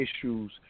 issues